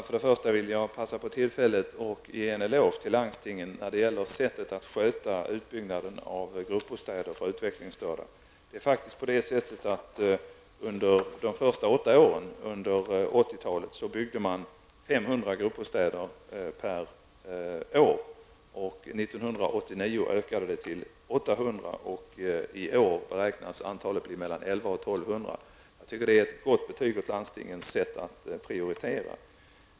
Fru talman! Jag vill passa på tillfället att ge en eloge till landstingen när det gäller sättet att sköta utbyggnaden av gruppbostäder för utvecklingsstörda. Under de första åtta åren under 80-talet byggde man 500 gruppbostäder per år. 1989 ökade det till 800, och i år beräknas antalet vara mellan 1 100 och 1 200. Jag tycker att det är ett gott betyg åt landstingens sätt att prioritera.